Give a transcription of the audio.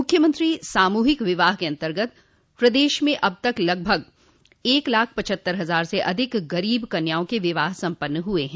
मुख्यमंत्री सामूहिक विवाह के अंतर्गत प्रदेश में अब तक लगभग एक लाख पचहत्तर हजार से अधिक गरीब कन्याओं के विवाह सम्पन्न हुए हैं